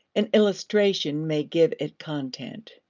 an illustration may give it content.